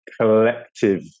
collective